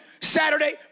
Saturday